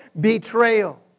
Betrayal